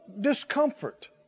discomfort